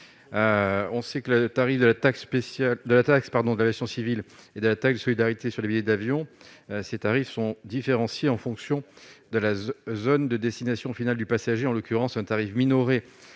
spéciale de la taxe, pardon de l'aviation civile et de la taxe de solidarité sur les billets d'avion, ces tarifs sont différenciées en fonction de la zone de destination finale du passager, en l'occurrence un tarif minoré